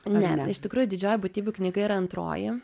ne iš tikrųjų didžioji būtybių knyga yra antroji